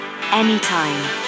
Anytime